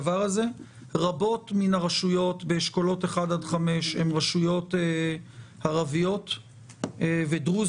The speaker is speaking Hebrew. רבות מן הרשויות באשכולות 1 עד 5 הן רשויות ערביות ודרוזיות.